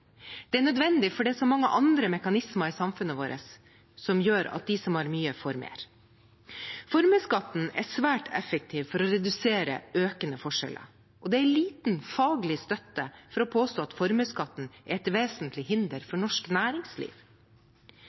Det er nødvendig, for det er så mange andre mekanismer i samfunnet vårt som gjør at de som har mye, får mer. Formuesskatten er svært effektiv for å redusere økende forskjeller. Det er liten faglig støtte for å påstå at formuesskatten er til vesentlig hinder for norsk næringsliv.